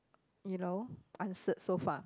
you know answered so far